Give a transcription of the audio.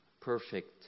perfect